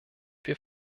wir